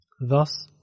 Thus